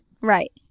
Right